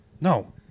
No